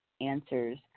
answers